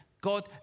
God